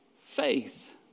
faith